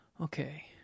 Okay